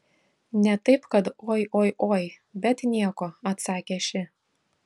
ne taip kad oi oi oi bet nieko atsakė ši